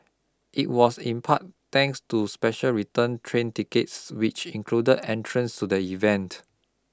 it was in part thanks to the special return train tickets which included entrance to the event